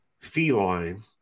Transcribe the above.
feline